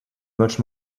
much